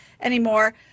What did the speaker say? anymore